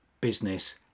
business